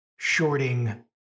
shorting